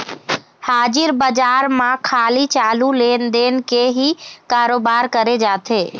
हाजिर बजार म खाली चालू लेन देन के ही करोबार करे जाथे